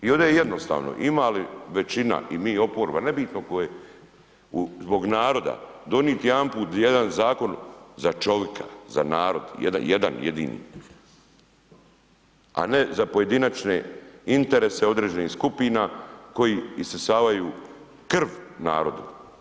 I ovdje je jednostavno, ima li većina i mi oporba, nebitno tko je, zbog naroda donijeti jedanput jedan zakon za čovjeka, za narod, jedan jedini a ne za pojedinačne interese određenih skupina koji isisavaju krv narodu.